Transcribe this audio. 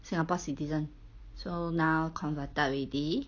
singapore citizen so now converted already